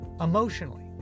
emotionally